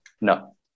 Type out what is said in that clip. No